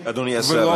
אדוני השר,